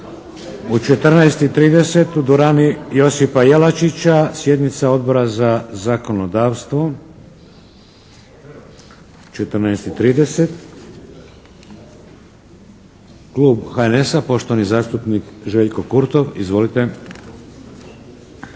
U 14 i 30 u dvorani "Josipa Jelačića" sjednica Odbora za zakonodavstvo. U 14 i 30. Klub HNS-a, poštovani zastupnik Željko Krutov. Izvolite.